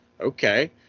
okay